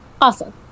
Awesome